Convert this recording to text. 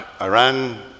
Iran